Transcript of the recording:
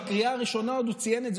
בקריאה הראשונה הוא ציין את זה,